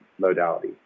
modality